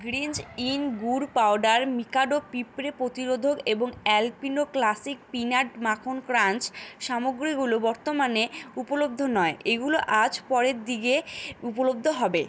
greens in গুড় powder Mikado পিঁপড়ে প্রতিরোধক এবং অ্যালপিনো ক্লাসিক পিনাট মাখন ক্রাঞ্চ সামগ্রীগুলো বর্তমানে উপলব্ধ নয় এগুলো আজ পরের দিগে উপলব্ধ হবে